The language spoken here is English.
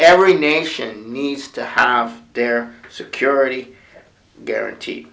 every nation needs to howard their security guarantee